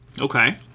Okay